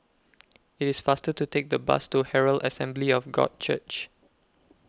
IT IS faster to Take The Bus to Herald Assembly of God Church